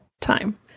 time